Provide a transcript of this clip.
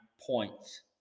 points